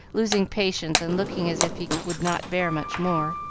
losing patience, and looking as if he would not bear much more.